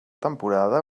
temporada